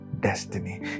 destiny